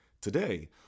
Today